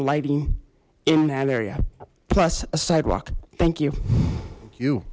lighting in that area plus a sidewalk thank you you